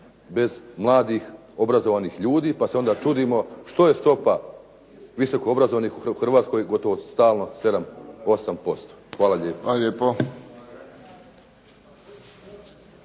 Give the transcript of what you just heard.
bez mladih, obrazovanih ljudi. Pa se onda čudimo što je stopa visoko obrazovanih u Hrvatskoj gotovo stalno 7, 8%. Hvala lijepo.